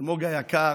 אלמוג היקר,